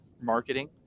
marketing